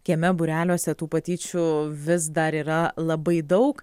kieme būreliuose tų patyčių vis dar yra labai daug